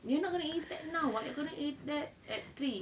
you're not gonna eat that now [what] you're gonna eat that at three